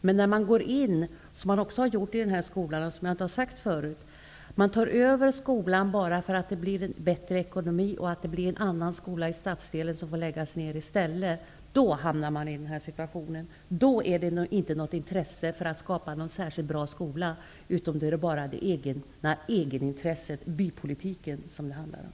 Men när man, som har skett i den här aktuella skolan, vilket jag inte har sagt förut, tar över skolan bara för att det blir bättre ekonomi och en annan skola i stadsdelen får läggas ned i stället, då är det inte intresset för att skapa en särskilt bra skola som styr, utan då är det egenintresset, bypolitiken, som det handlar om.